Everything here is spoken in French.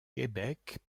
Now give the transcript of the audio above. québec